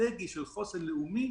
אסטרטגי של חוסן לאומי.